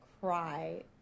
cry